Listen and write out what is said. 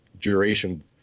duration